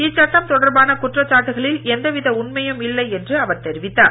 இச்சட்டம் தொடர்பான குற்றச்சாட்டுகளில் எந்தவித உண்மையும் இல்லை என அவர் தெரிவித்தார்